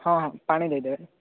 ହଁ ହଁ ପାଣି ଦେଇଦେବେ